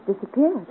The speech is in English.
disappeared